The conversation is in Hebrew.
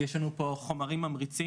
יש לנו פה חומרים ממריצים,